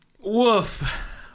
woof